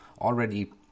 already